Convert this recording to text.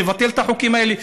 תבטל את החוקים האלה,